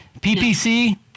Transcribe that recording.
PPC